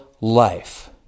life